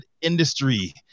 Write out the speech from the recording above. industry